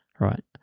right